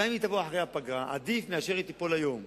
גם אם היא תבוא אחרי הפגרה, עדיף משתיפול היום.